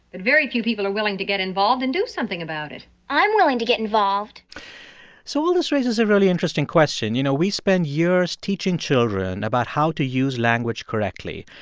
but very few people are willing to get involved and do something about it i'm willing to get involved so all this raises a really interesting question. you know, we spend years teaching children about how to use language correctly.